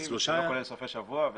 לא כולל סופי שבוע.